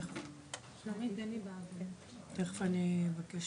המוזיאון של משרד הביטחון, לא מקבלים